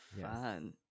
fun